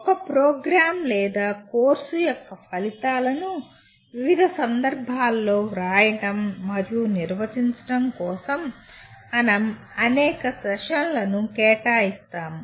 ఒక ప్రోగ్రామ్ లేదా కోర్సు యొక్క ఫలితాలను వివిధ సందర్భాల్లో వ్రాయడం మరియు నిర్వచించడం కోసం మనం అనేక సెషన్లను కేటాయిస్తాము